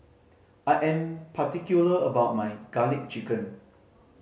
I am particular about my Garlic Chicken